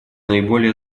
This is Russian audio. наиболее